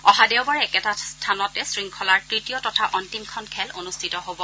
অহা দেওবাৰে একেটা স্থানতে শৃংখলাৰ তৃতীয় তথা অন্তিমখন খেল অনুষ্ঠিত হব